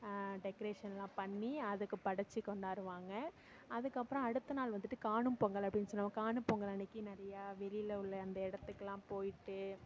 டெக்ரேஷன்லாம் பண்ணி அதுக்கு படைச்சி கொண்டாடுவாங்க அதுக்கு அப்றம் அடுத்த நாள் வந்துவிட்டு காணும் பொங்கல் அப்படின்னு சொல்வாங்க காணும் பொங்கல் அன்னைக்கி நறையா வெளியில் உள்ள அந்த எடத்துக்கெல்லாம் போய்ட்டு